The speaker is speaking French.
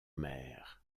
mer